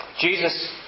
Jesus